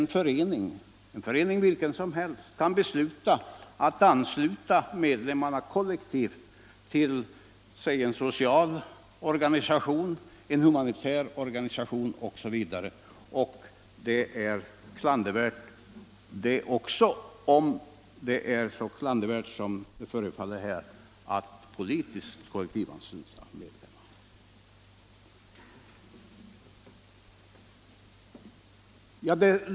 Jag avser de fall där en förening, vilken som helst, kan besluta att ansluta medlemmarna kollektivt till exempelvis en social eller humanitär organisation. Också det är klandervärt — om det är så klandervärt som det förefaller av debatten här att politiskt kollektivansluta medlemmar.